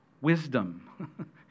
wisdom